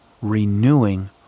renewing